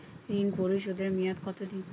ঋণ পরিশোধের মেয়াদ কত দিন?